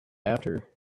after